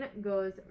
goes